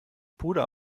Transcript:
puder